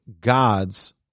God's